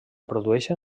produeixen